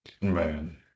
man